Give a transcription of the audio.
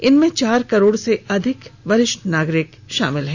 इनमें चार करोड से अधिक वरिष्ठ नागरिक शामिल हैं